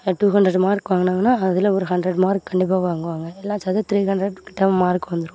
இதில் two hundred mark வாங்கினாங்கனா அதில் ஒரு ஹண்ட்ரட் மார்க் கண்டிப்பாக வாங்குவாங்க எல்லாம் சேர்ந்து த்ரீ ஹண்ட்ரட் கிட்ட மார்க் வந்துடும்